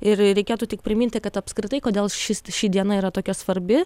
ir reikėtų tik priminti kad apskritai kodėl šis ši diena yra tokia svarbi